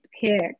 pick